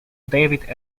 david